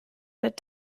that